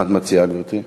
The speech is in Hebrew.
מה את מציעה, גברתי?